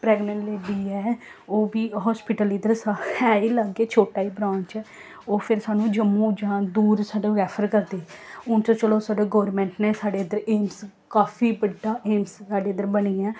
pregnant lady ऐ ओह् बी ओह् हास्पिटल इद्धर है गै लाग्गै छोटा ऐ ब्रांच ओह् फिर सानूं जम्मू जां दूर साढा रैफर करदे हून ते चलो साढा गौरमैंट ने साढ़े इद्धर एम्स काफी बड्डा एम्स साढ़े इद्धर बनी गेआ ऐ